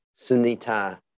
Sunita